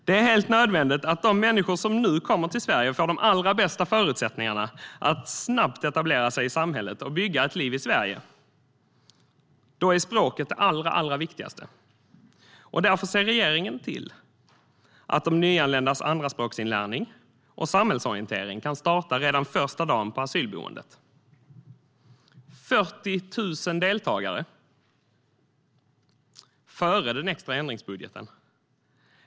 Det är helt nödvändigt att de människor som nu kommer till Sverige får de allra bästa förutsättningarna att snabbt etablera sig i samhället och bygga ett liv i Sverige. Då är språket det allra viktigaste. Därför ser regeringen till att de nyanländas andraspråksinlärning och samhällsorientering kan starta redan första dagen på asylboendet. Det handlar om 40 000 deltagare före den extra ändringsbudgeten.